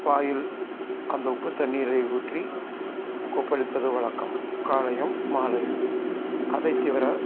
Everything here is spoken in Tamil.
வாயில் அந்த உப்பு தண்ணீரை ஊற்றி கொப்பளிப்பது வழக்கம் காலையும் மாலையும் அதைத் தவர